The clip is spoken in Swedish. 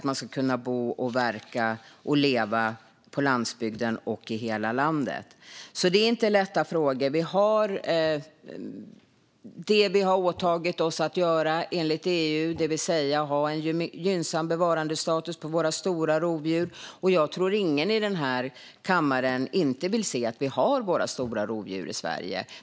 Man ska kunna bo, verka och leva på landsbygden och i hela landet. Frågorna är alltså inte lätta. Vi måste utgå från det vi har åtagit oss i EU att göra, det vill säga ha en gynnsam bevarandestatus för våra stora rovdjur. Jag tror inte att det finns någon i denna kammare som inte vill att vi har stora rovdjur i Sverige.